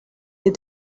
you